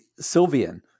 Sylvian